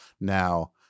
Now